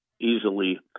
easily